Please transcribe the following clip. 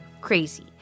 Crazy